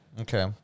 Okay